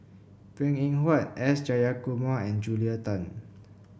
Png Eng Huat S Jayakumar and Julia Tan